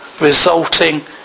resulting